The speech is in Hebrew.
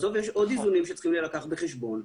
בסוף יש עוד איזונים שצריכים להילקח בחשבון.